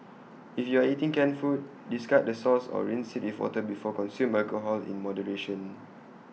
if you are eating canned food discard the sauce or rinse IT with water before consume alcohol in moderation